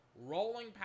rolling